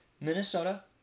Minnesota